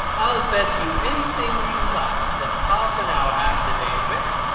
i'll bet you anything you like that half an hour after they have met,